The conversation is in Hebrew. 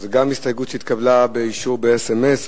זו גם הסתייגות שהתקבלה באישור, באס.אם.אס.